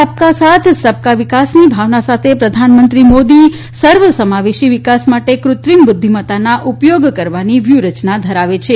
સબકા સાથ સબકા વિકાસની ભાવના સાથે પ્રધાનમંત્રી મોદી સર્વસમાવેશી વિકાસ માટે કૃત્રિમ બુઘ્વિમત્તાના ઉપયોગ કરવાની વ્યુહરચના ધરાવે છે